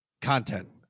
Content